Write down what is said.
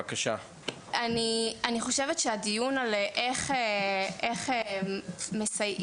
אני חושבת שהדיון על איך מסייעים